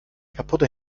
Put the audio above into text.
kaputte